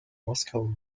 moskau